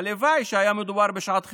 הלוואי שהיה מדובר בשעת חירום.